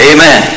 Amen